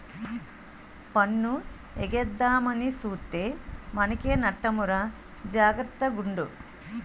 పన్ను ఎగేద్దామని సూత్తే మనకే నట్టమురా జాగర్త గుండు